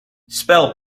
spell